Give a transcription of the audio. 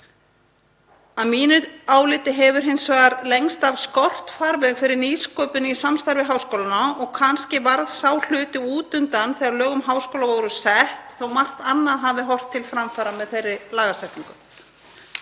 Að mínu áliti hefur hins vegar lengst af skort farveg fyrir nýsköpun í samstarfi háskólanna og kannski varð sá hluti út undan þegar lög um háskóla voru sett þó að margt annað hafi horft til framfara með þeirri lagasetningu.